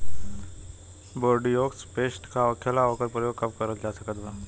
Bordeaux paste का होखेला और ओकर प्रयोग कब करल जा सकत बा?